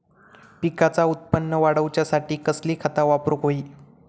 पिकाचा उत्पन वाढवूच्यासाठी कसली खता वापरूक होई?